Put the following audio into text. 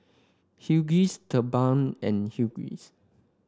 Huggies TheBalm and Huggies